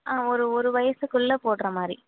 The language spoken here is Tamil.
ஆ ஒரு ஒரு வயசுக்குள்ளே போட்றமாதிரி